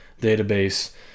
database